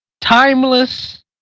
timeless